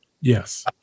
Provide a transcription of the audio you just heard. Yes